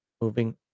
moving